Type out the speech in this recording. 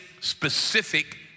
specific